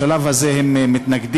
בשלב הזה הם מתנגדים.